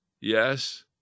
Yes